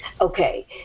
Okay